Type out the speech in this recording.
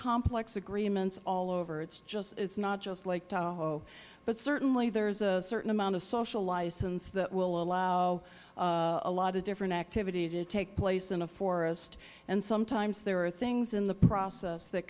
complex agreements all over it is not just lake tahoe but certainly there is a certain amount of social license that will allow a lot of different activity to take place in a forest and sometimes there are things in the process that